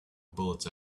bullets